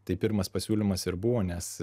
tai pirmas pasiūlymas ir buvo nes